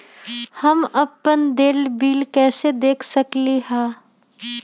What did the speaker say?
हम अपन देल बिल कैसे देख सकली ह?